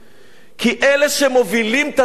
כי אלה שמובילים את התעמולה,